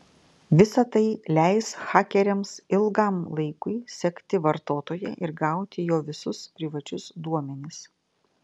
visa tai leis hakeriams ilgam laikui sekti vartotoją ir gauti jo visus privačius duomenis